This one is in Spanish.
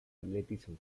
atletismo